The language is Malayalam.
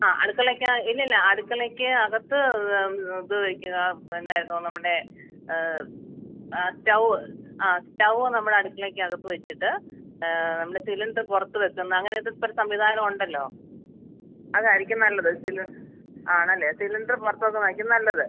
ആ അടുക്കളയ്ക്ക് ഇല്ലില്ല അടുക്കളയ്ക്ക് അകത്ത് ഇത് വയ്ക്കുക പിന്നെ നമ്മുടെ ആ സ്റ്റൗവ്വ് ആ സ്റ്റൗ നമ്മൾ അടുക്കളയ്ക്ക് അകത്ത് വെച്ചിട്ട് നമ്മൾ സിലിണ്ടറ് പുറത്ത് വയ്ക്കുന്ന അങ്ങനെ ഇപ്പം ഒരു സംവിധാനമുണ്ടല്ലോ അതായിരിക്കും നല്ലത് ആണല്ലേ സിലിണ്ടറ് പുറത്ത് വെക്കുന്നതായിരിക്കും നല്ലത്